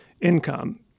income